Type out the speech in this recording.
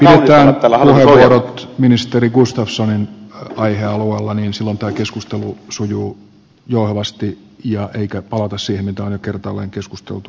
pidetään puheenvuorot ministeri gustafssonin aihealueella silloin tämä keskustelu sujuu jouhevasti eikä palata siihen mistä on jo kertaalleen keskusteltu